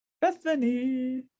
Bethany